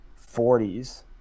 40s